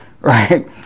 Right